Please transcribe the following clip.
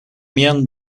mian